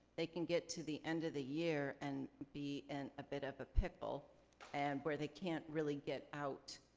they can get to the end of the year and be in a bit of a pickle and where they can't really get out,